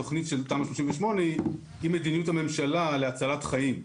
התכנית של תמ"א 38 היא מדיניות הממשלה להצלת חיים.